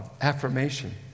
affirmation